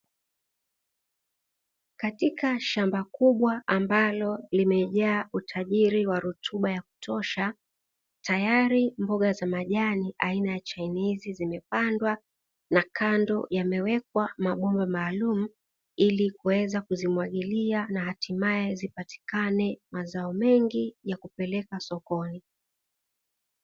Katika shamba kubwa ambalo limejaa utajiri wa rotuba ya kutosha. Tayari mboga za majani aina ya chainizi zimepandwa na kando yamewekwa mabomba maalumu ili kuweza kuzimwagilia na hatimaye zipatikane mazao mengi ya kupeleka sokoni.